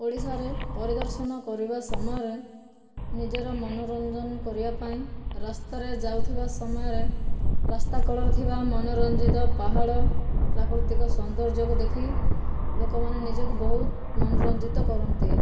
ଓଡ଼ିଶାରେ ପରିଦର୍ଶନ କରିବା ସମୟରେ ନିଜର ମନୋରଞ୍ଜନ କରିବା ପାଇଁ ରାସ୍ତାରେ ଯାଉଥିବା ସମୟରେ ରାସ୍ତା କଡ଼ରେ ଥିବା ମନୋରଞ୍ଜିତ ପାହାଡ଼ ପ୍ରାକୃତିକ ସୌନ୍ଦର୍ଯ୍ୟକୁ ଦେଖି ଲୋକମାନେ ନିଜକୁ ବହୁତ ମନୋରଞ୍ଜିତ କରନ୍ତି